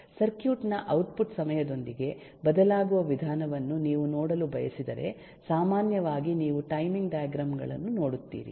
circuit ನ output ಸಮಯದೊಂದಿಗೆ ಬದಲಾಗುವ ವಿಧಾನವನ್ನು ನೀವು ನೋಡಲು ಬಯಸಿದರೆ ಸಾಮಾನ್ಯವಾಗಿ ನೀವು ಟೈಮಿಂಗ್ ಡೈಗ್ರಾಮ್ ಗಳನ್ನು ನೋಡುತ್ತೀರಿ